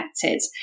connected